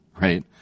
right